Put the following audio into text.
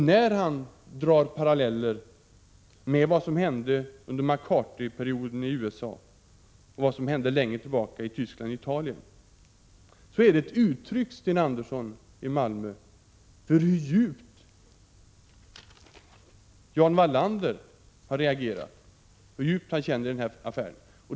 När han drar paralleller med vad som hände under McCarthy-perioden i USA och längre tillbaka i Tyskland och Italien, är detta ett uttryck för hur starkt han har reagerat och hur djupt han känner i den här affären.